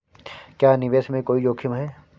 क्या निवेश में कोई जोखिम है?